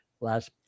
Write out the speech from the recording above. last